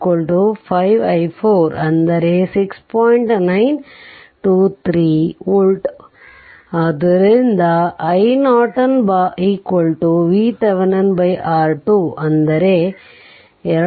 007 2